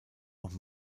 noch